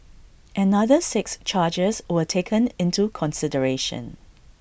another six charges were taken into consideration